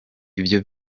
ibyo